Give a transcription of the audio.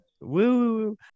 Woo